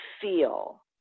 feel